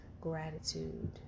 gratitude